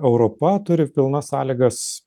europa turi pilnas sąlygas